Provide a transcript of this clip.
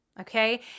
Okay